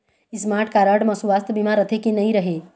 Smart card म सुवास्थ बीमा रथे की नई रहे?